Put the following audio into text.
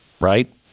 right